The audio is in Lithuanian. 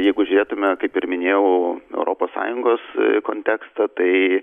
jeigu žiūrėtume kaip ir minėjau europos sąjungos kontekstą tai